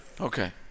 Okay